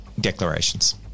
Declarations